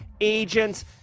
agents